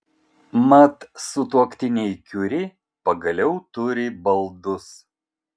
mat sutuoktiniai kiuri pagaliau turi baldus